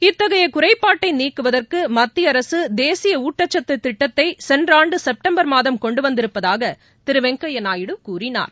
இத்தகையகுறைபாட்டைநீக்குவதற்குமத்தியஅரசுதேசியஊட்டச்சத்துதிட்டத்தைசென்றஆண்டுகெப்டம்பர் மாதம் கொண்டுவந்திருப்பதாகதிருவெங்கையாநாயுடு கூறினார்